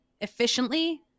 efficiently